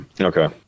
Okay